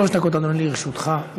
שלוש דקות, אדוני, לרשותך.